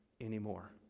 anymore